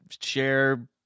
share